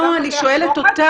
כשאדם לוקח שוחד,